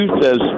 Says